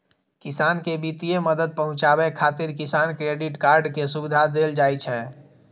किसान कें वित्तीय मदद पहुंचाबै खातिर किसान क्रेडिट कार्ड के सुविधा देल जाइ छै